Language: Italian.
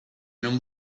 non